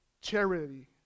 charity